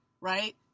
right